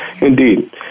Indeed